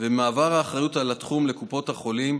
ומעבר האחריות על התחום לקופות החולים,